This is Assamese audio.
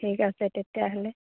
ঠিক আছে তেতিয়াহ'লে